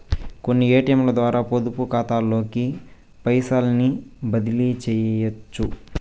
కొన్ని ఏటియంలద్వారా పొదుపుకాతాలోకి పైసల్ని బదిలీసెయ్యొచ్చు